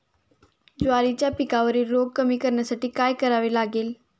ज्वारीच्या पिकावरील रोग कमी करण्यासाठी काय करावे लागेल?